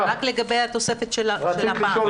אז זה רק לגבי התוספת --- מאיר,